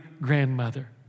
grandmother